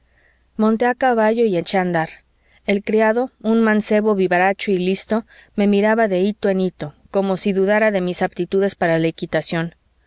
monté a caballo y eché a andar el criado un mancebo vivaracho y listo me miraba de hito en hito como si dudara de mis aptitudes para la equitación